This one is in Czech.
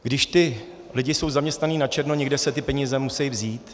Když ti lidé jsou zaměstnáni načerno, někde se ty peníze musejí vzít.